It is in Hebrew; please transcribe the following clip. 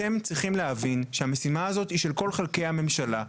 אתם צריכים להבין שהמשימה הזאת היא של כל חלקי הממשלה.